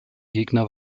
gegner